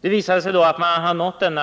Det visade sig att man hade nått denna